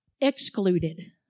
excluded